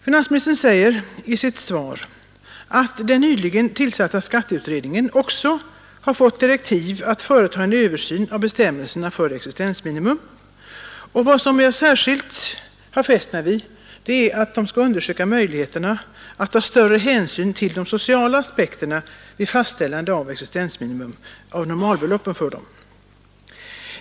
Finansministern säger i sitt svar att den nyligen tillsatta skatteutredningen också har fått direktiv att företa en översyn av bestämmelserna rörande existensminimum. Vad jag särskilt har fäst mig vid är att utredningen skall undersöka möjligheterna att ta större hänsyn till de sociala aspekterna vid fastställande av normalbeloppen för existensminimum.